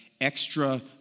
extra